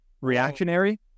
reactionary